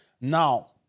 Now